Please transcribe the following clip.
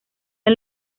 han